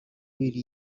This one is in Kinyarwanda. willy